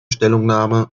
stellungnahme